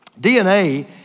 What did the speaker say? DNA